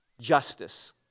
Justice